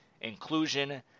inclusion